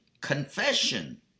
confession